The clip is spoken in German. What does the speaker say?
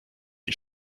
die